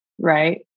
Right